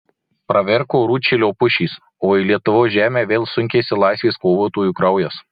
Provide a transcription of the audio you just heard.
pravirko rūdšilio pušys o į lietuvos žemę vėl sunkėsi laisvės kovotojų kraujas